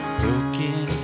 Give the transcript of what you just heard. broken